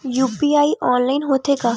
UPI online होथे का?